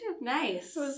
Nice